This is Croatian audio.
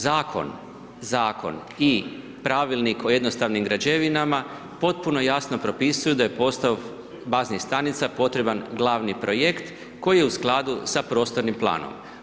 Zakon i Pravilnik o jednostavnim građevinama potpuno jasno propisuju da je postava baznih stanica potreban glavni projekt koji je u skladu sa prostornim planom.